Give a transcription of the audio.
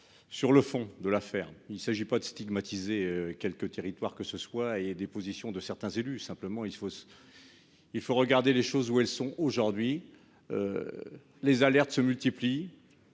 Sur le fond de l'affaire. Il s'agit pas de stigmatiser quelques territoires que ce soit et des positions de certains élus. Simplement il faut s'. Il faut regarder les choses où elles sont aujourd'hui. Les alertes se multiplient.